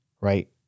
right